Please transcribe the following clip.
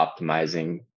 optimizing